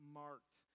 marked